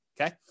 okay